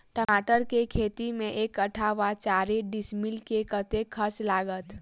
टमाटर केँ खेती मे एक कट्ठा वा चारि डीसमील मे कतेक खर्च लागत?